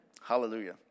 Hallelujah